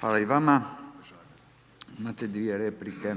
Hvala i vama. Imate dvije replike.